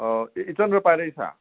ꯑꯥ ꯏꯆꯜꯂꯣ ꯄꯥꯏꯔꯛꯏꯁꯦ